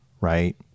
right